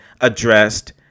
addressed